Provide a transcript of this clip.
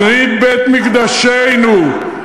שריד בית-מקדשנו,